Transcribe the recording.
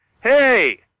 hey